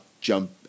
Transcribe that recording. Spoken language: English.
jump